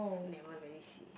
never really see